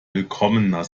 willkommener